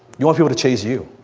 you want people to chase you.